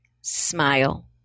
smile